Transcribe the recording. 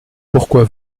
pourquoi